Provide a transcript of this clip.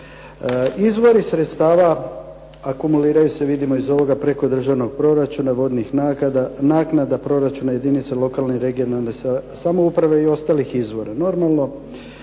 Izvori sredstava akumuliraju se vidimo iz ovoga preko državnog proračuna, vodnih naknada proračuna jedinica lokalne i regionalne samouprave i ostalih izvora.